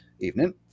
Evening